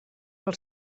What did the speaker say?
pel